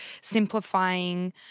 simplifying